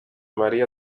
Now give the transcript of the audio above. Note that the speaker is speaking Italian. maria